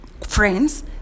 friends